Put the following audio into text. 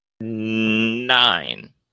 nine